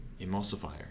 emulsifier